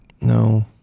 no